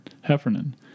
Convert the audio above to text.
Heffernan